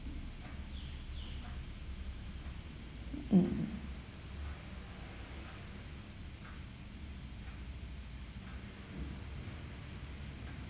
mm